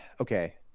Okay